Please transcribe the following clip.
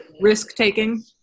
risk-taking